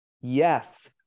yes